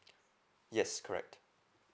yes correct